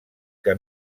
que